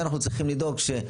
לצד